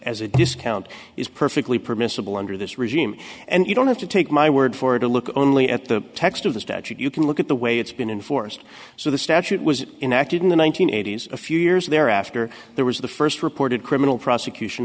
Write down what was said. as a discount is perfectly permissible under this regime and you don't have to take my word for it a look only at the text of the statute you can look at the way it's been enforced so the statute was enacted in the one nine hundred eighty s a few years thereafter there was the first reported criminal prosecution